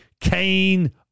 Kane